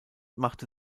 machte